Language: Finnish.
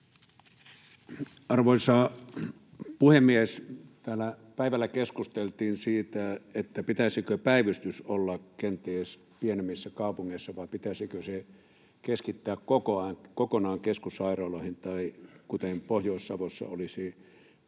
Arvoisa puhemies! Täällä päivällä keskusteltiin siitä, pitäisikö päivystys olla kenties pienemmissä kaupungeissa vai pitäisikö se keskittää kokonaan keskussairaaloihin — tai kuten Pohjois-Savossa olisi, Kuopion